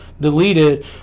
deleted